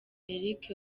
eric